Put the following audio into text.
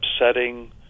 upsetting